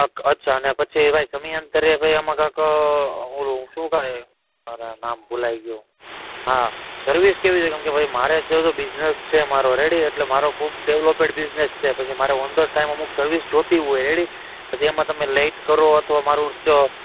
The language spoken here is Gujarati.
અચ્છા અને પછી ભાઈ સમયાંતરે ભાઈ એમાં ક્યાંક પેલું શું કંઈ અરે આ નામ ભુલાઈ ગયું હા સર્વિસ કેવી છે કેમકે ભાઈ મારે બીઝનેસ છે મારો રેડી એટલે મારો ખૂબ ડેવલોપેડ બિઝનસ છે પછી મારે ઓન ધ ટાઈમ અમુક સર્વિસ જોઈતી હોય રેડી પછી એમાં તમે એમાં લેટ કરો અથવા મારું ચ